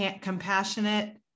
compassionate